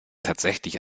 tatsächlich